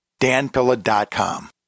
danpilla.com